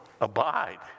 abide